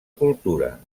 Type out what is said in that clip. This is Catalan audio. cultura